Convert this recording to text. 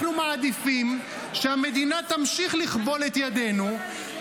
אנחנו מעדיפים שהמדינה תמשיך לכבול את ידינו,